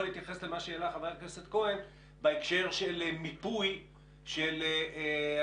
להתייחס למה שהעלה חבר הכנסת כהן בהקשר למיפוי של אנשים